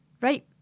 Right